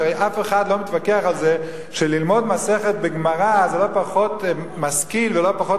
הרי אף אחד לא מתווכח על זה שללמוד מסכת בגמרא זה לא פחות משכיל ולא פחות